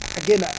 again